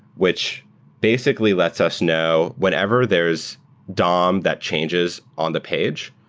which basically lets us know whenever there's dom that changes on the page,